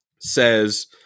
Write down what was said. says